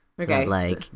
Okay